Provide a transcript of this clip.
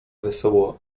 wesoło